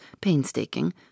painstaking